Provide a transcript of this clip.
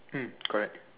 mm correct